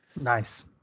Nice